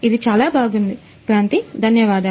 ఇది చాలా బాగుంది క్రాంతి ధన్యవాదాలు